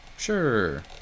Sure